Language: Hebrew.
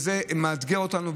זה מאתגר אותנו,